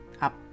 up